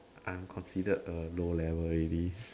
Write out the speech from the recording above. I'm considered a low level already